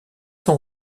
son